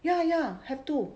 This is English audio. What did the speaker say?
ya ya have to